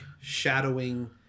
shadowing